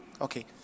Okay